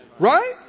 Right